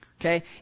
Okay